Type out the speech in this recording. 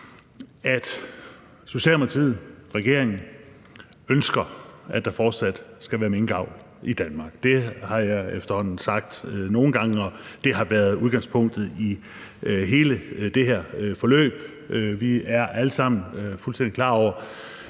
at Socialdemokratiet og regeringen ønsker, at der fortsat skal være minkavl i Danmark. Det har jeg efterhånden sagt nogle gange, og det har været udgangspunktet i hele det her forløb. Vi er alle sammen fuldstændig klar over,